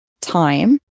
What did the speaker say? time